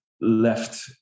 left